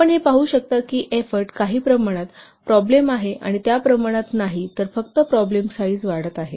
आपण हे पाहू शकता की एफोर्ट काही प्रमाणात प्रॉब्लेम आहे आणि त्या प्रमाणात नाही तर फक्त प्रॉब्लेम साईज वाढत आहे